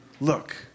Look